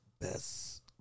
best